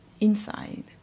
Inside